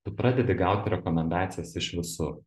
tu pradedi gauti rekomendacijas iš visur